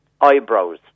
eyebrows